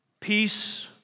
Peace